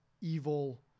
evil